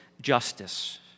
justice